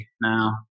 Now